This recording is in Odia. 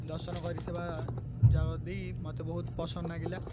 ଦର୍ଶନ କରିଥିବା ଦେଇ ମୋତେ ବହୁତ ପସନ୍ଦ ଲାଗିଲା